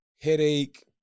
headache